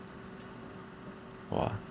!whoa!